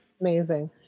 Amazing